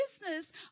business